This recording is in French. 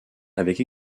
avec